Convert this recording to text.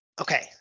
Okay